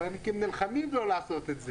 הבנקים נלחמים לא לעשות את זה.